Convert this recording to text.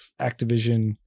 Activision